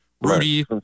rudy